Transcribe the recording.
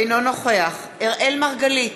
אינו נוכח אראל מרגלית,